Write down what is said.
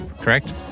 correct